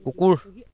কুকুৰ